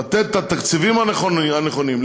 לתת את התקציבים הנכונים,